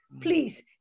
please